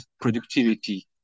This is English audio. productivity